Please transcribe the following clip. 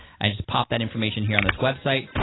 i just popped that information here on this website,